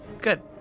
Good